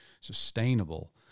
sustainable